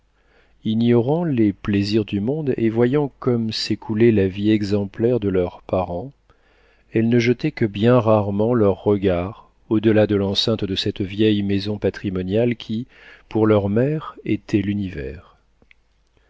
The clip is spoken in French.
ignorant les plaisirs du monde et voyant comment s'écoulait la vie exemplaire de leurs parents elles ne jetaient que bien rarement leurs regards au delà de l'enceinte de cette vieille maison patrimoniale qui pour leur mère était l'univers